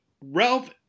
Ralph